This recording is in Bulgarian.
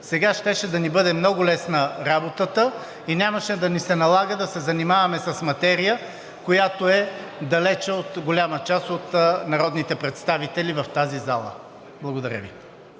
сега щеше да ни бъде много лесна работата и нямаше да ни се налага да се занимаваме с материя, която е далеч от голяма част от народните представители в тази зала. Благодаря Ви.